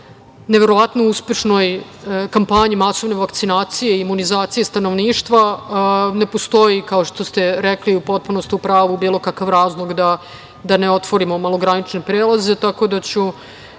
neverovatno uspešnoj kampanji masovne vakcinacije, imunizacije stanovništva, ne postoji, kao što ste rekli, potpuno ste u pravu, bilo kakav razlog da ne otvorimo malogranične prelaze, tako da ću